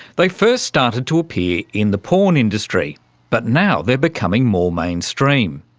they first started to appear in the porn industry but now they're becoming more mainstream.